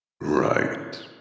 Right